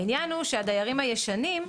העניין הוא שהדיירים הישנים,